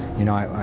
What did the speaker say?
you know,